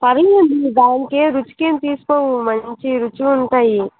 సరేనండి దానికేం రుచికేం తీసిపోవు మంచీ రుచి ఉంటాయి